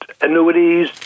annuities